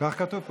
כך כתוב פה.